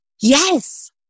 Yes